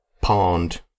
pond